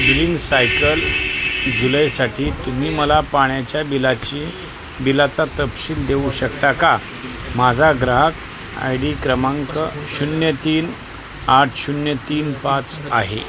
billing cycle जुलैसाठी तुम्ही मला पाण्याच्या बिलाची बिलाचा तपशील देऊ शकता का माझा ग्राहक आय डी क्रमांक शून्य तीन आठ शून्य तीन पाच आहे